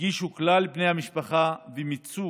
הגישו כלל בני המשפחה ומיצו